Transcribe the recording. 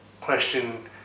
question